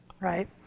right